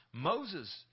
Moses